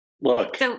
look